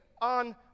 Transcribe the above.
on